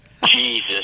Jesus